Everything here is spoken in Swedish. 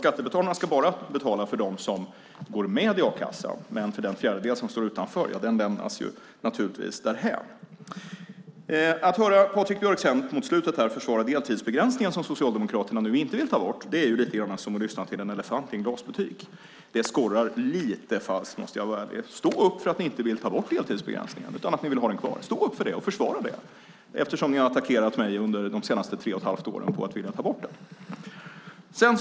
Skattebetalarna ska bara betala för dem som går med i kassan, men den fjärdedel som står utanför lämnas naturligtvis därhän. Att höra Patrik Björck mot slutet försvara deltidsbegränsningen, som Socialdemokraterna nu inte vill ta bort, är lite grann som att lyssna till en elefant i en porslinsbutik. Det skorrar lite falskt, måste jag ärligt säga. Stå upp för att ni inte vill ta bort deltidsbegränsningen utan vill ha den kvar. Stå upp för den och försvara den - eftersom ni har attackerat mig under de senaste tre och ett halvt åren på att vilja ta bort den.